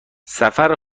سفر